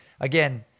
again